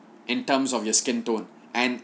in terms of your skin tone and